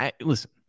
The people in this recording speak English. Listen